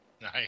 Nice